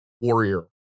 warrior